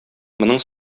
моның